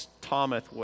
Thomas